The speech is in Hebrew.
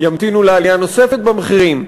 ימתינו לעלייה נוספת במחירים.